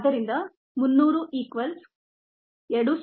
ಆದ್ದರಿಂದ 300 ಈಕ್ವಾಲ್ಸ್ 2